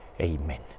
Amen